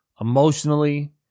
emotionally